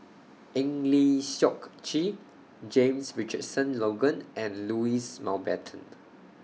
Eng Lee Seok Chee James Richardson Logan and Louis Mountbatten